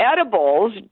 Edibles